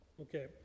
Okay